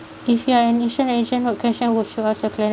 if you are an insurance agent what question would you ask a client